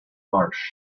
marsh